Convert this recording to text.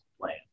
plan